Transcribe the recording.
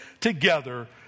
together